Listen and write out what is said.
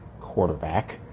quarterback